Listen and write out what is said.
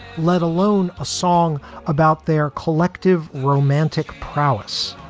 let alone a song about their collective romantic prowess?